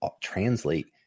translate